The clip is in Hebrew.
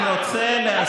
אני רק רוצה להזכיר,